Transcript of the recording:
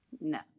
No